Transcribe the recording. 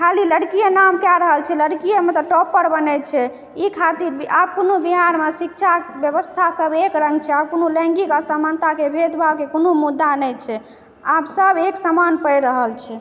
खाली लड़किये नाम कए रहल छै लड़की मतलब टॉपर बनै छै ई खातिर आब कोनो बिहारमे शिक्षा व्यवस्था सब एक रङ्ग छै कोनो लैङ्गिक असामनताके भेदभावके कोनो मुद्दा नहि छै आब सब एक समान पढ़ि रहल छै